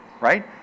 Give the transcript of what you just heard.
right